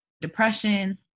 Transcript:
depression